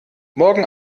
morgen